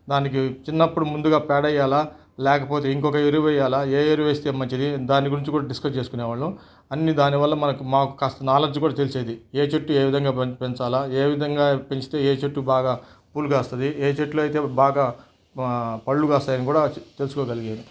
దానికి చిన్నప్పుడు ముందుగా పేడ వేయాలా లేకపోతే ఇంకొక ఎరువు వేయాలా ఏ ఎరువు వేస్తే మంచిది దాని గురించి కూడా డిస్కస్ చేసుకునే వాళ్ళం అన్ని దాని వల్ల మనకు మాకు కాస్త నాలెడ్జ్ కూడా తెలిసేది ఏ చెట్టు ఏ విధంగా పెం పెంచాలా ఏ విధంగా పెంచితే ఏ చెట్టు బాగా పూలు కాస్తుంది ఏ చెట్లు అయితే బాగా పళ్ళు కాస్తాయని కూడా తెలుసు కోగలిగాను